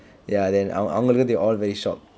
ya then அவங்க அவங்களுக்கு:avnga avngalukku they all very shock